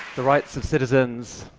the rights of citizens,